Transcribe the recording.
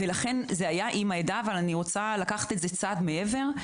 זה היה עם העדה אבל אני רוצה לקחת את זה צעד אחד מעבר.